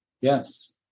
Yes